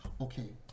okay